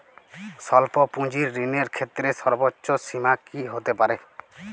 স্বল্প পুঁজির ঋণের ক্ষেত্রে সর্ব্বোচ্চ সীমা কী হতে পারে?